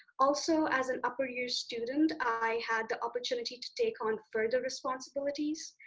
also, as an upper year student, i had the opportunity to take on further responsibilities,